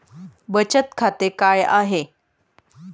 बचत खाते काय आहे?